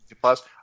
plus